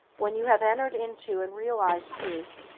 when you have entered into and realized truth,